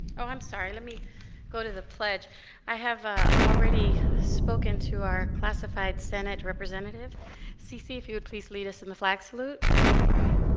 oh i'm sorry let me go to the pledge i have ah already spoken to our classified senate representative ceci if you please lead us in the flag salute thank